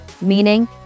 meaning